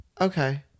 okay